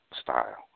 style